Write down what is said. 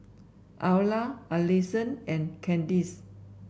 Ayla Allisson and Candice